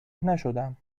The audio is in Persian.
نشدم